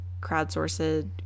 crowdsourced